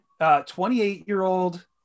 28-year-old